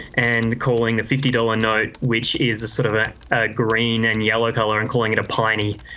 and calling the fifty dollar note, which is sort of a a green and yellow color, and calling it a piney,